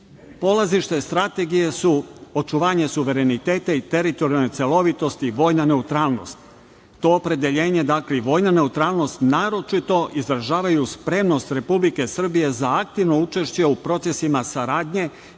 polazišta strategije su očuvanje suvereniteta i teritorijalne celovitosti i vojna neutralnost. To opredeljenje i dakle, i vojna neutralnost izražavaju spremnost Republike Srbije za aktivno učešće u procesima saradnje